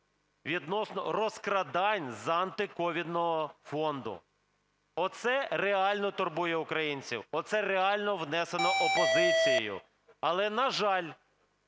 відносно розкрадань з Антиковідного фонду. Оце реально турбує українців, оце реально внесено опозицією, але, на жаль,